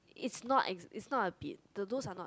is not is not a bit the those are not